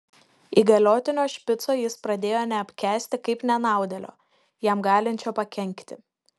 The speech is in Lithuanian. įgaliotinio špico jis pradėjo neapkęsti kaip nenaudėlio jam galinčio pakenkti